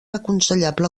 aconsellable